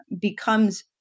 becomes